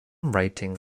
rewriting